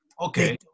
okay